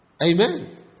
Amen